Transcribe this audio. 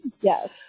Yes